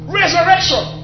resurrection